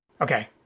Okay